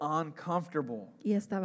uncomfortable